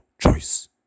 choice